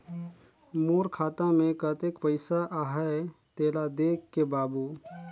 मोर खाता मे कतेक पइसा आहाय तेला देख दे बाबु?